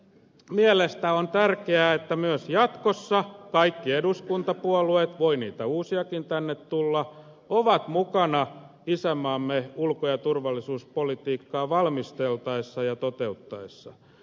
perussuomalaisten mielestä on tärkeää että myös jatkossa kaikki eduskuntapuolueet voi niitä uusiakin tänne tulla ovat mukana isänmaamme ulko ja turvallisuuspolitiikkaa valmisteltaessa ja toteutettaessa